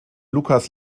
lucas